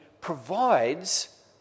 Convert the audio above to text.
provides